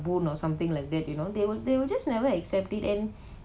boon or something like that you know they will they will just never accept it and